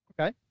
Okay